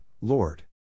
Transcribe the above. Lord